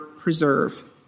preserve